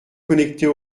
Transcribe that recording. connecter